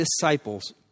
disciples